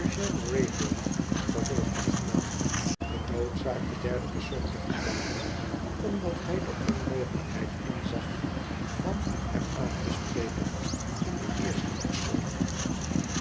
vervolgde de knaap genoodzaakt den derden persoon te gebruiken omdat hij de onmogelijkheid inzag van hem aan te spreken in den eersten persoon